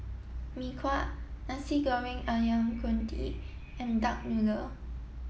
Mee Kuah Nasi Goreng Ayam Kunyit and duck noodle